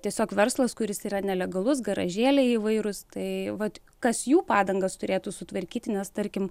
tiesiog verslas kuris yra nelegalus garažėliai įvairūs tai vat kas jų padangas turėtų sutvarkyti nes tarkim